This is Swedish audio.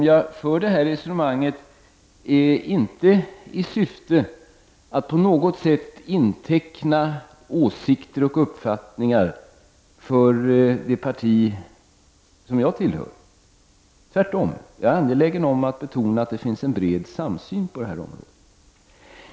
Jag för detta resonemang inte i syfte att på något sätt inteckna åsikter och uppfattningar för det parti som jag tillhör. Tvärtom är jag angelägen att betona att det finns en bred samsyn på detta område.